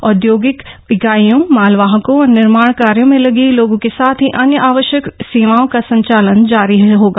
औद्यौगिक ईकाइयों मालवाहकों और निमार्ण कायाँ में लगे लोगों के साथ ही अन्य आवश्यक सेवाओं का संचालन जारी होगा